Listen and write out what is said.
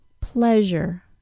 Pleasure